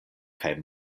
kaj